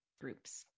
groups